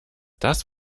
das